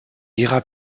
ira